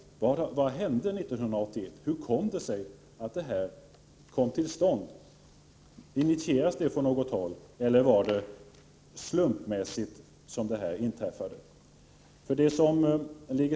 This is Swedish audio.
Vad hände 1981? Hur kom det sig att det blev så här? Initierades det från något håll, eller inträffade det slumpmässigt?